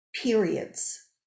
periods